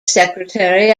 secretary